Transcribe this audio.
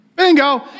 Bingo